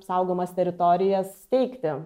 saugomas teritorijas steigti